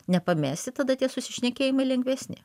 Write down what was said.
nepamesti tada tie nesusišnekėjimai lengvesni